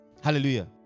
Hallelujah